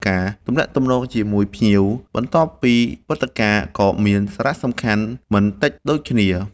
ការទំនាក់ទំនងជាមួយភ្ញៀវបន្ទាប់ពីព្រឹត្តិការណ៍ក៏មានសារៈសំខាន់មិនតិចដូចគ្នា។